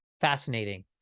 Fascinating